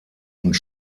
und